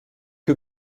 que